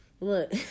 Look